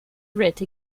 writ